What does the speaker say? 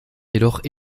jedoch